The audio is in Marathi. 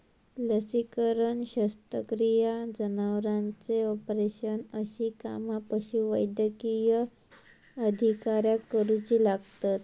लसीकरण, शस्त्रक्रिया, जनावरांचे ऑपरेशन अशी कामा पशुवैद्यकीय अधिकाऱ्याक करुची लागतत